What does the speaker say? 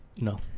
No